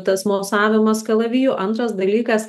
tas mosavimas kalaviju antras dalykas